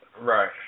Right